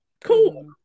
cool